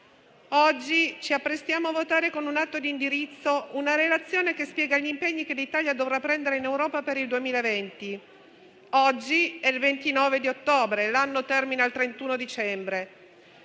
Oggi ci apprestiamo a votare con un atto di indirizzo una relazione che spiega gli impegni che l'Italia dovrà prendere in Europa per il 2020. Oggi è il 29 ottobre e l'anno termina il 31 dicembre.